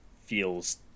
feels